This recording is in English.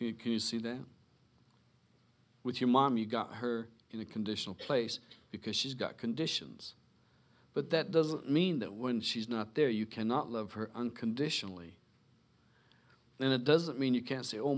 could see them with your mom you got her in a conditional place because she's got conditions but that doesn't mean that when she's not there you cannot love her unconditionally and it doesn't mean you can't say oh